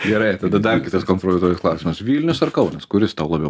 gerai tada dar kitas kompromituojantis klausimas vilnius ar kaunas kuris tau labiau